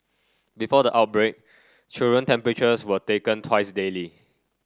before the outbreak children temperatures were taken twice daily